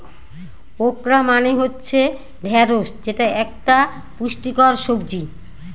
okra মানে হচ্ছে ঢ্যাঁড়স যেটা একতা পুষ্টিকর সবজি